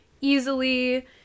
easily